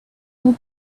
more